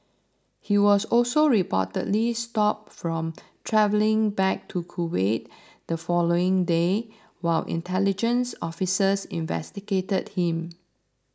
he was also reportedly stopped from travelling back to Kuwait the following day while intelligence officers investigated him